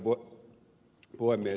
arvoisa puhemies